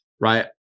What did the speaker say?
Right